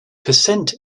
percent